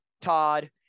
Todd